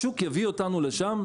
השוק יביא אותנו לשם,